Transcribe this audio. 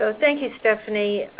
ah thank you, stephanie.